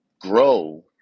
grow